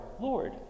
Lord